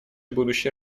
будущей